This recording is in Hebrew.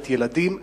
כלומר ילדים.